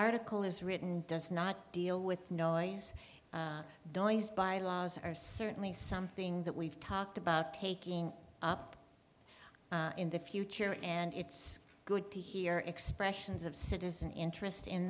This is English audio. article is written does not deal with no ice dani's by laws are certainly something that we've talked about taking up in the future and it's good to hear expressions of citizen interest in